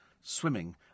swimming